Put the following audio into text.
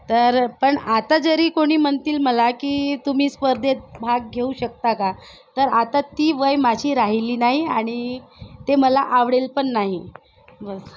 तर पण आता जरी कोणी म्हणतील मला की तुम्ही स्पर्धेत भाग घेऊ शकता का तर आता ती वय माझी राहिली नाही आणि ते मला आवडेल पण नाही बस